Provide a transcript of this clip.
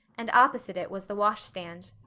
and opposite it was the wash-stand.